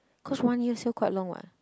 cause one year still quite long [what]